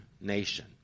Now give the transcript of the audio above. nation